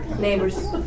Neighbors